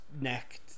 neck